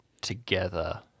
together